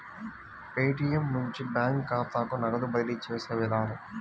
Paytm నుంచి bank ఖాతాకు నగదు బదిలీ చేసే విధానం